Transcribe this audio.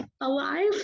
alive